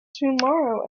tomorrow